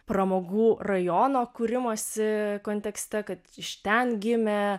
pramogų rajono kūrimosi kontekste kad iš ten gimė